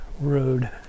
road